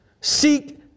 Seek